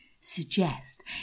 Suggest